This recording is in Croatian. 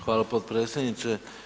Hvala potpredsjedniče.